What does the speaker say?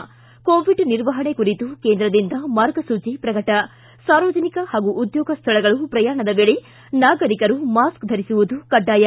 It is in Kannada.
ಿ ಕೋವಿಡ್ ನಿರ್ವಹಣೆ ಕುರಿತು ಕೇಂದ್ರದಿಂದ ಮಾರ್ಗಸೂಚಿ ಪ್ರಕಟ ಸಾರ್ವಜನಿಕ ಹಾಗೂ ಉದ್ನೋಗ ಸ್ವಳಗಳು ಪ್ರಯಾಣದ ವೇಳೆ ನಾಗರಿಕರು ಮಾಸ್ಕ್ ಧರಿಸುವುದು ಕಡ್ಡಾಯ